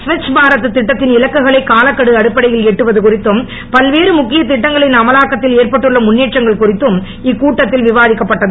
ஸ்வச் பாரத் திட்டத்தின் இலக்குகளை காலக்கெடு அடிப்படையில் எட்டுவது குறித்தும் பல்வேறு முக்கிய திட்டங்களின் அமலாக்கத்தில் ஏற்பட்டுள்ள முன்னேற்றங்கள் குறித்தும் இக்கூட்டத்தில் விவாதிக்கப்பட்டது